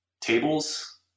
tables